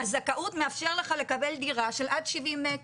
הזכאות מאפשר לך לקבל דירה של עד 70 מטר.